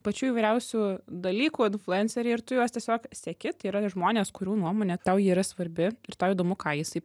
pačių įvairiausių dalykų influenceriai ir tu juos tiesiog seki tai yra žmonės kurių nuomonė tau yra svarbi ir tau įdomu ką jisai